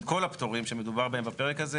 את כל הפטורים שמדובר עליהם בפרק הזה,